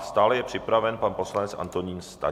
Stále je připraven pan poslanec Antonín Staněk.